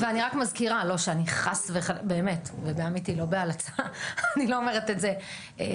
ואני רק מזכירה, ואני לא אומרת את זה בציניות: